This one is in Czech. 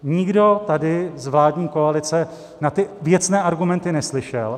Nikdo tady z vládní koalice na ty věcné argumenty neslyšel.